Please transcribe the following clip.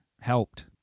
helped